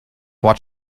what